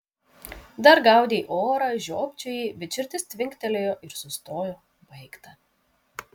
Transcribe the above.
dar gaudei orą žiopčiojai bet širdis tvinktelėjo ir sustojo baigta